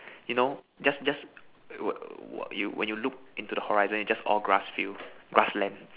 you know just just you when you look into the horizon is just all grass field grassland